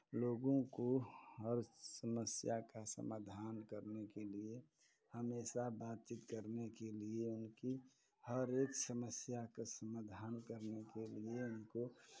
लोगों को हर समस्या का समाधान करने के लिए हमेशा बातचीत करने के लिए उनकी हर एक समस्या का समाधान करने के लिए उनको